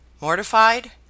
mortified